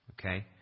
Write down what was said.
Okay